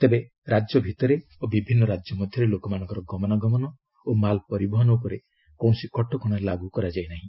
ତେବେ ରାଜ୍ୟ ଭିତରେ ଓ ବିଭିନ୍ନ ରାଜ୍ୟ ମଧ୍ୟରେ ଲୋକମାନଙ୍କର ଗମନାଗମନ ଓ ମାଲ ପରିବହନ ଉପରେ କୌଣସି କଟକଣା ଲାଗୁ କରାଯାଇ ନାହି